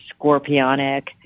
scorpionic